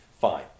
fine